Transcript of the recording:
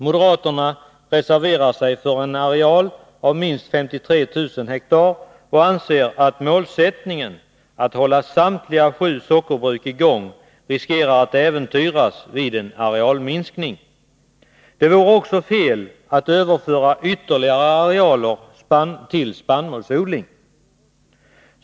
Moderaterna reserverar sig för en areal av minst 53 000 hektar och anser att målsättningen att kunna hålla samtliga sju sockerbruk i gång riskerar att äventyras vid en arealminskning. Det vore också fel att överföra ytterligare arealer till spannmålsodling.